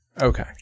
Okay